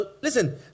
listen